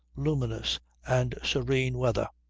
luminous and serene weather.